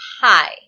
Hi